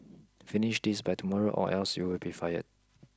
finish this by tomorrow or else you'll be fired